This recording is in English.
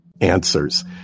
answers